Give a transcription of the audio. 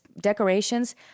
decorations